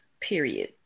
Period